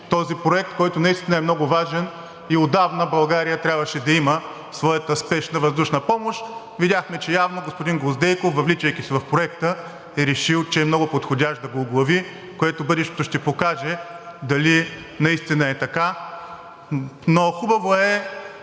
този проект, който е много важен и отдавна България трябваше да има своята спешна въздушна помощ. Видяхме, че явно господин Гвоздейков, въвличайки се в проекта, е решил, че е много подходящ да го оглави, което бъдещето ще покаже дали наистина е така, но хубаво е,